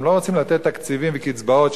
הם לא רוצים לתת תקציבים וקצבאות,